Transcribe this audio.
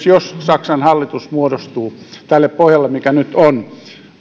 jos saksan hallitus muodostuu tälle pohjalle mikä nyt on